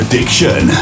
Addiction